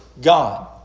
God